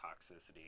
toxicity